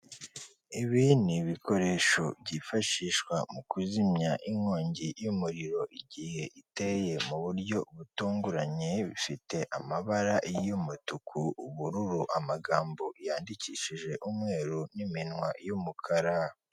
Ibi ni ibikoresho byifashishwa mu kuzimya inkongi y'umuriro igihe iteye mu buryo butunguranye bifite amabara y'umutuku, ubururu, amagambo yandikishije umweru n'iminwa y'umukara